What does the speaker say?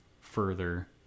further